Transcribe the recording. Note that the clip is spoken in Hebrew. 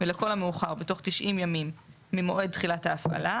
ולכל המאוחר בתוך 90 ימים ממועד בתחילת ההפעלה,